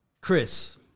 Chris